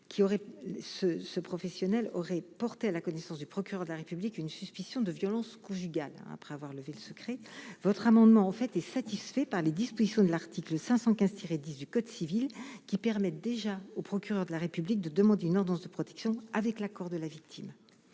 ce professionnel aurait porté à la connaissance du procureur de la République, une suspicion de violences conjugales, après avoir levé le secret votre amendement en fait est satisfait par les dispositions de l'article 515 tiré 10 du code civil qui permet déjà au procureur de la République de demandes du Nord de protection avec l'accord de la victime,